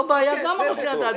לא בעיה, גם אני רוצה לדעת.